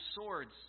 swords